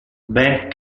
ben